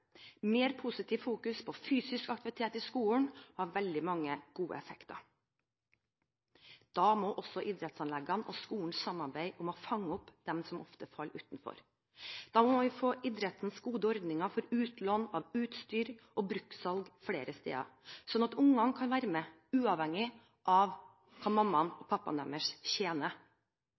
Mer positivt fokus på fysisk aktivitet i skolen har veldig mange gode effekter. Da må også idrettsanleggene og skolen samarbeide om å fange opp dem som ofte faller utenfor. Da må vi få idrettens gode ordninger for utlån av utstyr og bruktsalg flere steder, slik at barna kan være med uavhengig av hva mamma og pappa tjener.